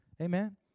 Amen